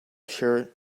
shirt